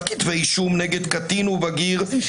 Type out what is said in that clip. קודם כול,